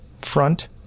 front